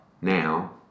now